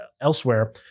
elsewhere